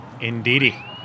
Indeedy